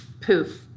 poof